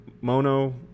mono